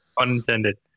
Unintended